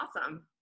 awesome